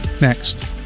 Next